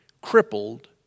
crippled